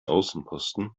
außenposten